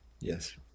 Yes